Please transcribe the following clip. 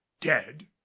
dead